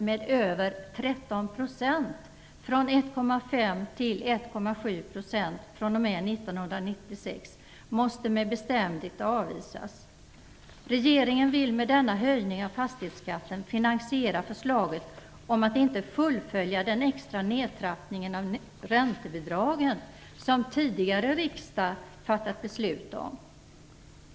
Jag övergår nu till räntebidrag och fastighetsskatt. 1996 måste med bestämdhet avvisas. Regeringen vill med denna höjning av fastighetsskatten finansiera förslaget om att inte fullfölja den extra nedtrappning av räntebidragen som tidigare riksdag fattat beslut om.